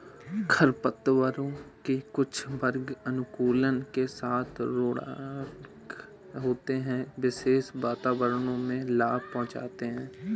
खरपतवारों के कुछ वर्ग अनुकूलन के साथ रूडरल होते है, विशेष वातावरणों में लाभ पहुंचाते हैं